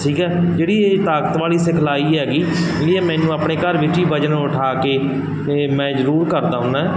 ਠੀਕ ਹੈ ਜਿਹੜੀ ਇਹ ਤਾਕਤ ਵਾਲੀ ਸਿਖਲਾਈ ਹੈਗੀ ਜਿਹੜੀ ਮੈਨੂੰ ਆਪਣੇ ਘਰ ਵਿੱਚ ਹੀ ਵਜਨ ਉਠਾ ਕੇ ਅਤੇ ਮੈਂ ਜ਼ਰੂਰ ਕਰਦਾ ਹੁੰਦਾ